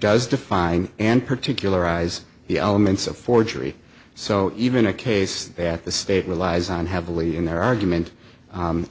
does define and particularize the elements of forgery so even a case that the state relies on heavily in their argument